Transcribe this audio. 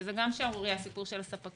שזה גם שערורייה, הסיפור של הספקים.